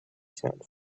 sound